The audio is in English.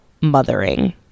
Mothering